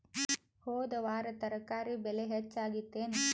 ಹೊದ ವಾರ ತರಕಾರಿ ಬೆಲೆ ಹೆಚ್ಚಾಗಿತ್ತೇನ?